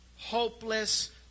hopeless